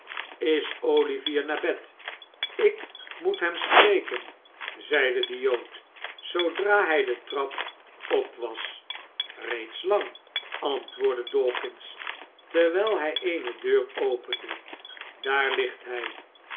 is olivier naar bed ik moet hem spreken zeide de jood zoodra hij de trap op was reeds lang antwoordde dawkins terwijl hij eene deur opende daar ligt hij